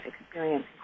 experience